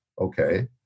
Okay